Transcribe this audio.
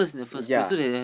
ya